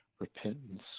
repentance